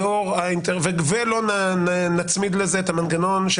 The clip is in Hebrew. לא נצמיד לזה את המנגנון של